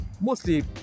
mostly